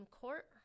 Court